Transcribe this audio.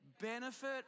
benefit